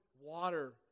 water